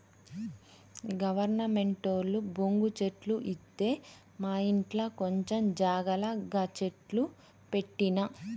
గవర్నమెంటోళ్లు బొంగు చెట్లు ఇత్తె మాఇంట్ల కొంచం జాగల గ చెట్లు పెట్టిన